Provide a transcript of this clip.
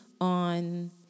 on